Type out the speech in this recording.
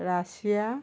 Russia